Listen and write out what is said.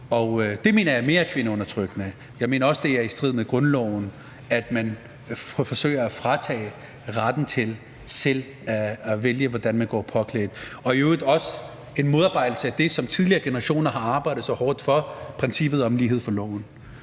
det mener jeg er mere kvindeundertrykkende. Jeg mener også, at det er i strid med grundloven, at man forsøger at fratage nogen retten til selv at vælge, hvordan de går klædt, og at det i øvrigt også er en modarbejdelse af det, som tidligere generationer har arbejdet så hårdt for, nemlig princippet om lighed for loven.